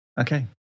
Okay